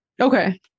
Okay